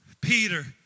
Peter